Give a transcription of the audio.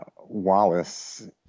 Wallace